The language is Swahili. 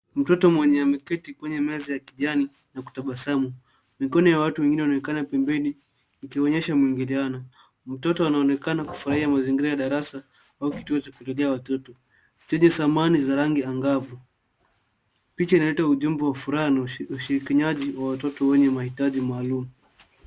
Mtoto mwenye ameketi kwenye meza ya kijani akitabasamu. Mikono ya watu wengine inaonekana pembeni ikionyesha mwingiliano. Mtoto anaonekana kufurahia mazingira ya darasa au kituo cha kurejelea watoto chenye samani za rangi angavu. Picha inaleta ujumbe wa furaha na ushirikinianaji wa watoto wenye mahitaji maalum.